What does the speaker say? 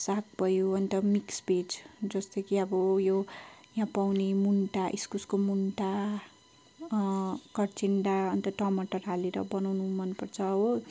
साग भयो अन्त मिक्स भेज जस्तै कि अब यो यहाँ पाउने मुन्टा इस्कुसको मुन्टा कचिँडा अन्त टमाटर हालेर बनाउनु मनपर्छ हो